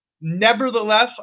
Nevertheless